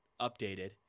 updated